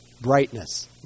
brightness